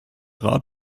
rat